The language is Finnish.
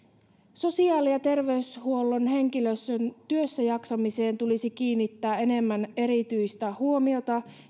sosiaali ja terveyshuollon henkilöstön työssäjaksamiseen tulisi kiinnittää enemmän erityistä huomiota